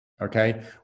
okay